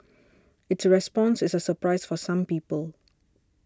its response is a surprise for some people